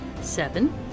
Seven